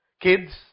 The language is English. Kids